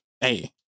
Hey